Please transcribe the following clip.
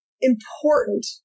important